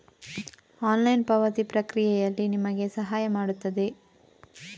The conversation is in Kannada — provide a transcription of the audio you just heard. ಆನ್ಲೈನ್ ಪಾವತಿ ಪ್ರಕ್ರಿಯೆಯಲ್ಲಿ ನಿಮಗೆ ಸಹಾಯ ಮಾಡುತ್ತದೆ